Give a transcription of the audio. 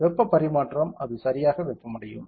வெப்ப பரிமாற்றம் அது சரியாக வெப்பமடையும்